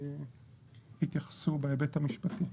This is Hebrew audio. ויתייחסו בהיבט המשפטי.